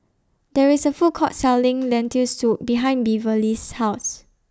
There IS A Food Court Selling Lentil Soup behind Beverly's House